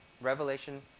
revelation